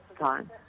time